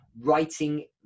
writing